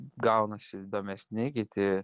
gaunasi įdomesni kiti